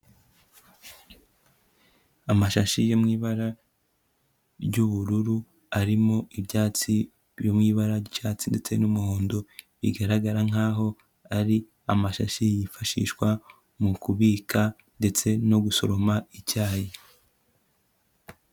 Amashashi yo mu ibara ry'ubururu arimo ibyatsi byo mu ibara ry'icyatsi ndetse n'umuhondo, bigaragara nkaho ari amashashi yifashishwa mu kubika ndetse no gusoroma icyayi.